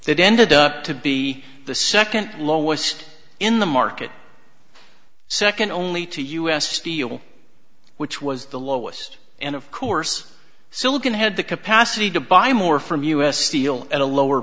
that ended up to be the second lowest in the market second only to u s steel which was the lowest and of course silicon had the capacity to buy more from u s steel at a lower